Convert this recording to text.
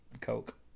Coke